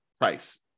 price